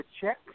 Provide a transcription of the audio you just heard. check